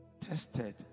Tested